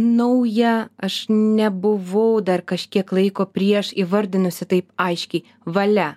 nauja aš nebuvau dar kažkiek laiko prieš įvardinusi taip aiškiai valia